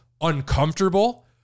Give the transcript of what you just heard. uncomfortable